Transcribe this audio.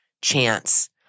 chance